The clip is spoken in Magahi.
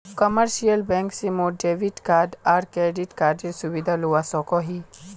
कमर्शियल बैंक से मोर डेबिट कार्ड आर क्रेडिट कार्डेर सुविधा लुआ सकोही